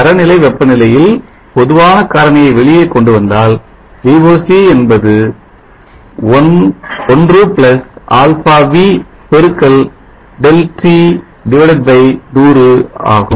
தரநிலை வெப்பநிலையில் பொதுவான காரணியை வெளியே கொண்டு வந்தால் VOC என்பது 1αv x ΔT100 ஆகும்